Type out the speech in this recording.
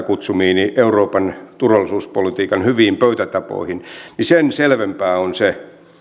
kutsumiini euroopan turvallisuuspolitiikan hyviin pöytätapoihin niin sen selvempää on se